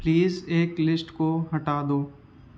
please ایک list کو ہٹا دو